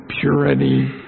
purity